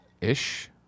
Ish